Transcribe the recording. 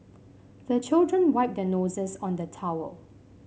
the children wipe their noses on the towel